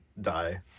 die